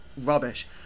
rubbish